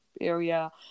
area